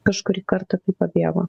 kažkurį kartą kai pabėgo